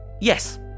Yes